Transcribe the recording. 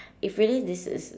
if really this is